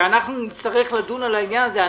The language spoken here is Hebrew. כשנצטרך לדון על העניין הזה,